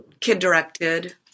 kid-directed